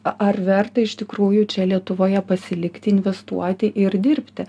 ar verta iš tikrųjų čia lietuvoje pasilikti investuoti ir dirbti